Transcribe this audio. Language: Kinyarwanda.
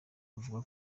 avuga